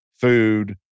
food